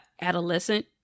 adolescent